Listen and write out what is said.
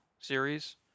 series